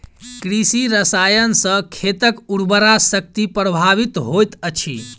कृषि रसायन सॅ खेतक उर्वरा शक्ति प्रभावित होइत अछि